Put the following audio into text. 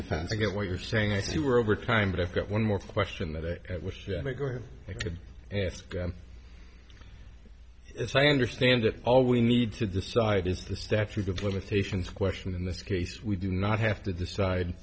defense to get what you're saying if you were over time but i've got one more question that i wish i could ask if i understand it all we need to decide is the statute of limitations question in this case we do not have to decide